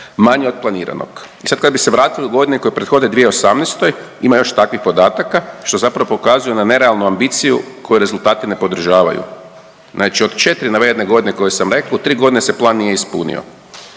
manje od planiranog. I sad kad bi se vratili u godine koje prethode 2018. ima još takvih podataka što zapravo pokazuje na nerealnu ambiciju koju rezultati ne podržavaju. Znači od 4 navedene godine koju sam rekao u tri godine se plan nije ispunio.